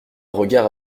regard